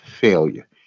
failure